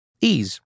Ease